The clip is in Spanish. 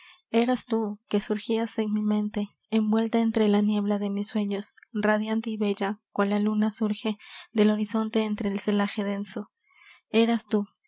eras tú que surgias en mi mente envuelta entre la niebla de mis sueños radiante y bella cual la luna surge del horizonte entre el celaje denso eras tú